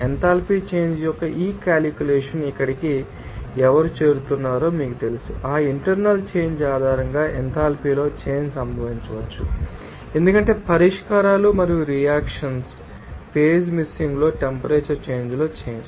enthalpy change యొక్క ఈ calculation ఇక్కడికి ఎవరు చేరుతున్నారో మీకు తెలుసు ఆ ఇంటర్నల్ చేంజ్ ఆధారంగా ఎథాల్పీలో చేంజ్ సంభవించవచ్చు ఎందుకంటే పరిష్కారాలు మరియు రియాక్షన్స్ ఫేజ్ మిక్సింగ్లో టెంపరేచర్ చేంజ్ లో చేంజ్